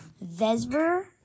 Vesper